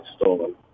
stolen